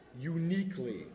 uniquely